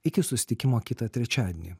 iki susitikimo kitą trečiadienį